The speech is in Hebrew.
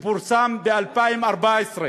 שפורסם ב-2014,